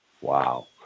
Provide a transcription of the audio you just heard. Wow